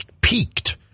peaked